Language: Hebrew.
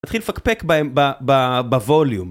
תתחיל לפקפק בווליום